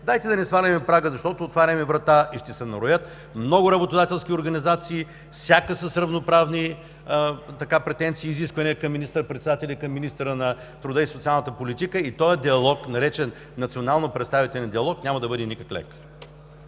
дайте да не сваляме прага, защото отваряме врата и ще се нароят много работодателски организации, всяка с равноправни претенции и изисквания към министър-председателя и към министъра на труда и социалната политика. И този диалог, наречен „национално представителен диалог”, няма да бъде никак лек.